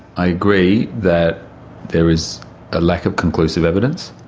i agree that there is a lack of conclusive evidence,